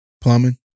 plumbing